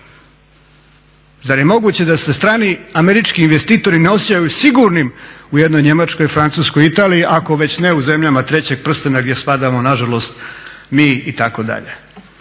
Zar je moguće da se strani američki investitori ne osjećaju sigurnim u jednoj Njemačkoj, Francuskoj, Italiji, ako već ne u zemljama trećeg prstena gdje spadamo na žalost mi itd.